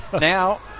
now